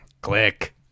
Click